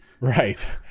right